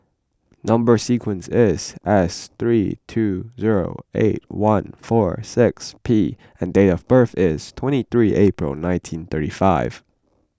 Number Sequence is S three two zero eight one four six P and date of birth is twenty three April nineteen thirty five